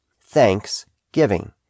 Thanksgiving